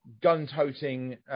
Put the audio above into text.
gun-toting